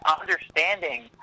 understanding